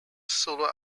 solo